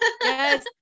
Yes